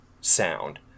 sound